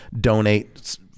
donate